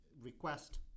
request